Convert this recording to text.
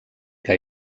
que